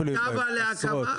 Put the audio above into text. עם תב"ע להקמה?